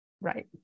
Right